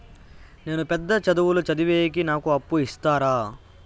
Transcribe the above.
నేను పెద్ద చదువులు చదివేకి నాకు అప్పు ఇస్తారా